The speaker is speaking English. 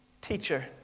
teacher